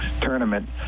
tournament